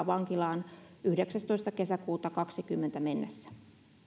vankilaan yhdeksästoista kesäkuuta kaksituhattakaksikymmentä mennessä